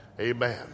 Amen